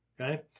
Okay